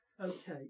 Okay